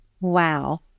Wow